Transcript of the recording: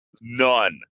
None